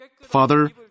Father